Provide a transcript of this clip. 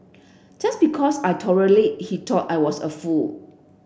just because I tolerated he thought I was a fool